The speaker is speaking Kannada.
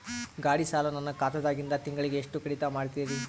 ಗಾಢಿ ಸಾಲ ನನ್ನ ಖಾತಾದಾಗಿಂದ ತಿಂಗಳಿಗೆ ಎಷ್ಟು ಕಡಿತ ಮಾಡ್ತಿರಿ?